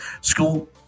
School